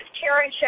Karen